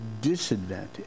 disadvantage